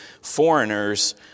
foreigners